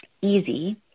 easy